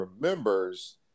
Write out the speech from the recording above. remembers